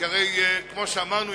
כי הרי כמו שאמרנו,